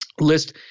list